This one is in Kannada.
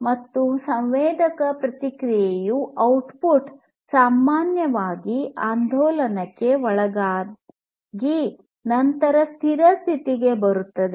ಮತ್ತು ಸಂವೇದಕ ಪ್ರತಿಕ್ರಿಯೆಯ ಔಟ್ಪುಟ್ ಸಾಮಾನ್ಯವಾಗಿ ಆಂದೋಲನಕ್ಕೆ ಒಳಗಾಗಿ ನಂತರ ಸ್ಥಿರ ಸ್ಥಿತಿಗೆ ಬರುತ್ತದೆ